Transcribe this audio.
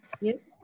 Yes